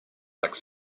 like